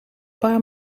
paar